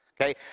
okay